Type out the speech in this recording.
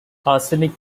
arsenic